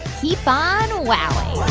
keep on wowing